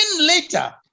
later